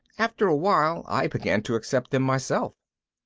after a while i began to accept them myself.